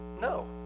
No